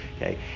okay